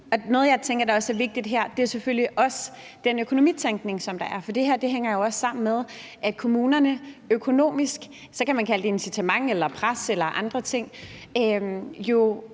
Noget, jeg tænker også er vigtigt her, er selvfølgelig den økonomitænkning, der er. For det her hænger jo også sammen med – så kan man kalde det incitament eller pres eller andre ting –